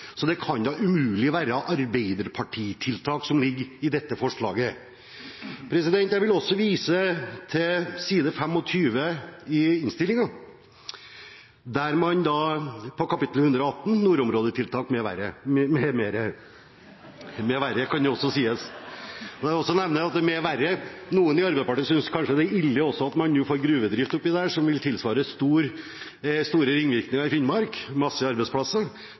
så det kan da umulig være Arbeiderparti-tiltak som ligger i dette forslaget. Jeg vil også vise til side 25 i innstillingen, under kapittel 118, nordområdetiltak med verre – med mer . «Med verre» kan det også sies, for noen i Arbeiderpartiet synes kanskje det er ille at man nå får gruvedrift der oppe, som vil gi store ringvirkninger i Finnmark – masse arbeidsplasser.